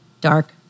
dark